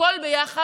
הכול ביחד.